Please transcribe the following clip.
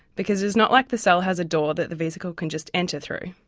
because it's not like the cell has a door that the vesicle can just enter through.